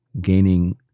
gaining